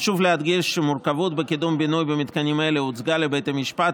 חשוב להדגיש שהמורכבות בקידום בינוי במתקנים אלה הוצגה לבית המשפט,